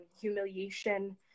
humiliation